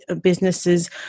businesses